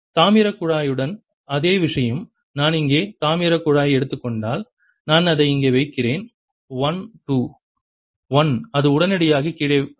தாமிரக் குழாயுடன் அதே விஷயம் நான் இங்கே தாமிரக் குழாயை எடுத்துக் கொண்டால் நான் அதை இங்கே வைக்கிறேன் 1 2 1 அது உடனடியாக கீழே வருகிறது